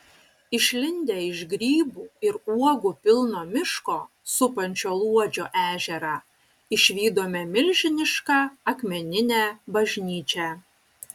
išlindę iš grybų ir uogų pilno miško supančio luodžio ežerą išvydome milžinišką akmeninę bažnyčią